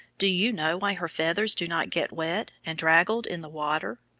do you know why her feathers do not get wet and draggled in the water?